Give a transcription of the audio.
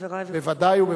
חברי חברי הכנסת,